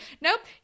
nope